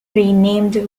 renamed